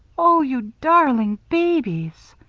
oh, you darling babies!